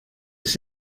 ist